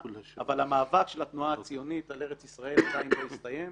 אבל המאבק של התנועה הציונית על ארץ ישראל עדיין לא הסתיים.